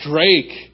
Drake